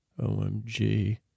OMG